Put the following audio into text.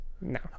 No